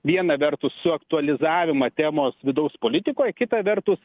viena vertus suaktualizavimą temos vidaus politikoj kita vertus